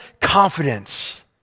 confidence